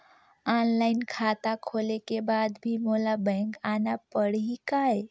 Online खाता खोले के बाद भी मोला बैंक आना पड़ही काय?